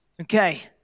Okay